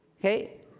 Okay